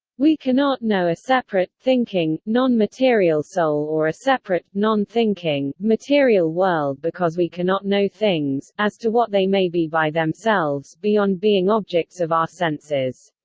we cannot know a separate, thinking, non-material soul or a separate, non-thinking, material world because we cannot know things, as to what they may be by themselves, beyond being objects of our senses.